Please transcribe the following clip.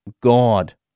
God